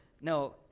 no